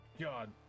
God